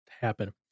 happen